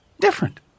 Different